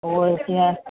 उहे जीअं